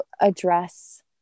address